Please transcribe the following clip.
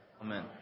Amen